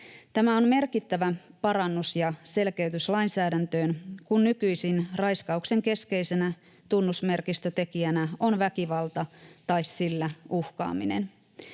Tämä on merkittävä parannus ja selkeytys lainsäädäntöön, kun nykyisin raiskauksen keskeisenä tunnusmerkistötekijänä on väkivalta tai sillä uhkaaminen.